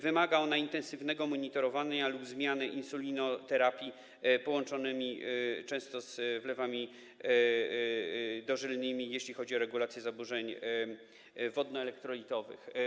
Wymaga ona intensywnego monitorowania lub zmiany insulinoterapii, co jest często połączone z wlewami dożylnymi, jeśli chodzi o regulację zaburzeń wodno-elektrolitowych.